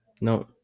No